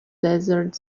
desert